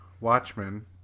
Watchmen